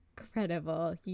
Incredible